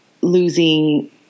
losing